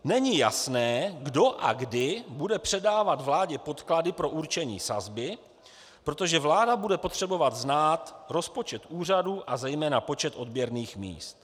Není jasné, kdo a kdy bude předávat vládě podklady pro určení sazby, protože vláda bude potřebovat znát rozpočet úřadu a zejména počet odběrných míst.